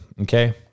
okay